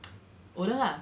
older lah